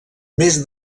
més